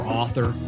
author